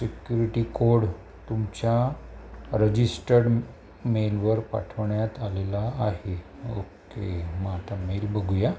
security code तुमच्या registered मेलवर पाठवण्यात आलेला आहे ओके मग आता मेल बघूया